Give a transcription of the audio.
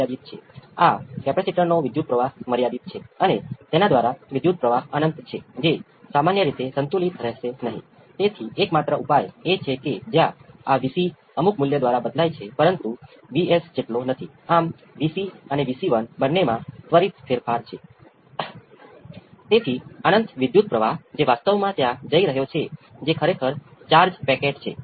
હવે આ બે વચ્ચે તફાવત કરવા માટે મને અહીં એક સબસ્ક્રિપ્ટ F ફોર્સ રિસ્પોન્સ દર્શાવવા મુકવા દો અને N અહીં નેચરલ રિસ્પોન્સ દર્શાવે છે